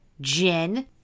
Jen